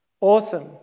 Awesome